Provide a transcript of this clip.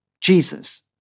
Jesus